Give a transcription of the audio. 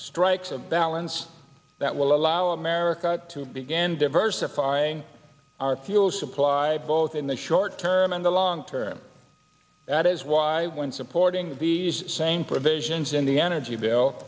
strikes a balance that will allow america to begin diversifying our fuel supply both in the short term and the long term that is why when supporting these same provisions in the energy bill